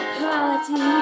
party